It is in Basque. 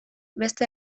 beste